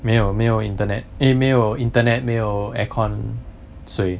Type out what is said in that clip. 没有没有 internet eh 没有 internet 没有 air con 税